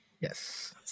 Yes